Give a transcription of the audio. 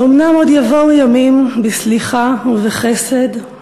"האומנם עוד יבואו ימים בסליחה ובחסד /